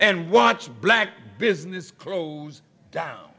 and watch black business close down